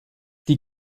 die